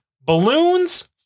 Balloons